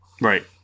Right